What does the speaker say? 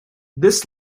this